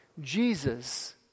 Jesus